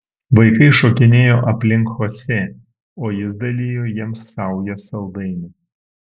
vaikai šokinėjo aplink chosė o jis dalijo jiems saujas saldainių